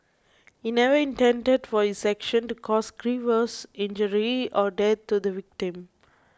he never intended for his action to cause grievous injury or death to the victim